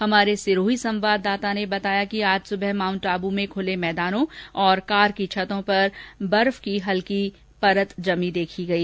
हमारे सिरोही संवाददाता ने बताया कि आज सुबह माउंट आबू में खुले मैदानों और कार की छत पर बर्फ की हल्की परत जमी हुई देखी गई